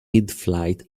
midflight